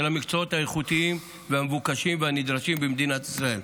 המקצועות האיכותיים והמבוקשים והנדרשים במדינת ישראל.